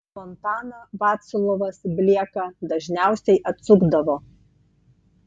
fontaną vaclovas blieka dažniausiai atsukdavo